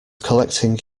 collecting